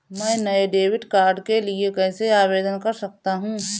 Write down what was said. मैं नए debit card के लिए कैसे आवेदन कर सकता हूँ?